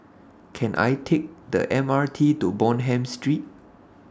Can I Take The M R T to Bonham Street